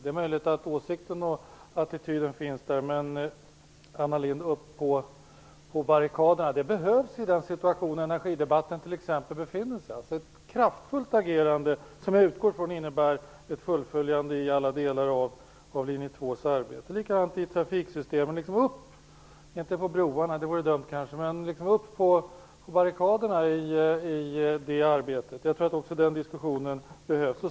Det är möjligt att åsikten och attityden finns där, men Anna Lindh bör gå upp på barrikaderna. Det behövs i denna situation, där energidebatten nu befinner sig. Det behövs ett kraftfullt agerande, som jag utgår från innebär ett fullföljande i alla delar av linje 2:s arbete. Det är samma sak i fråga om trafiksystemen. Gå upp på barrikaderna i det arbetet - inte på broarna, vilket kanske vore dumt. Jag tror att också den diskussionen behövs.